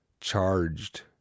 charged